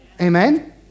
Amen